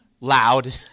loud